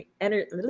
energy